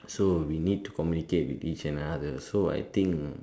so we need to communicate with each and other so I think